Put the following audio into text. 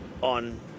on